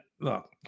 look